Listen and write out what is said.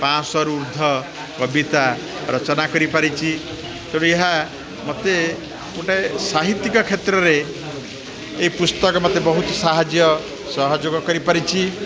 ପାଞ୍ଚଶହରୁ ଉର୍ଦ୍ଧ୍ୱ କବିତା ରଚନା କରିପାରିଛି ତେଣୁ ଏହା ମୋତେ ଗୋଟେ ସାହିତ୍ୟିକ କ୍ଷେତ୍ରରେ ଏ ପୁସ୍ତକ ମୋତେ ବହୁତ ସାହାଯ୍ୟ ସହଯୋଗ କରିପାରିଛି